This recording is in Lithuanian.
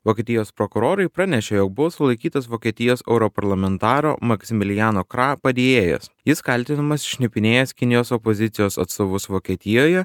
vokietijos prokurorai pranešė jog buvo sulaikytas vokietijos europarlamentaro maksimilijano kra padėjėjas jis kaltinamas šnipinėjęs kinijos opozicijos atstovus vokietijoje